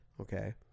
Okay